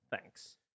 Thanks